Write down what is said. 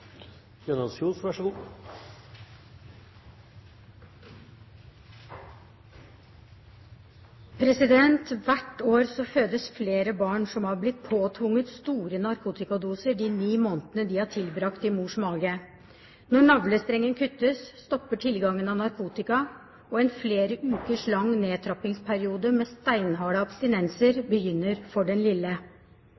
Hvert år fødes flere barn som har blitt påtvunget store narkotikadoser de ni månedene de har tilbrakt i mors mage. Når navlestrengen kuttes, stopper tilgangen på narkotika, og en flere uker lang nedtrappingsperiode med steinharde abstinenser